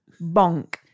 bonk